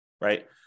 Right